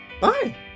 bye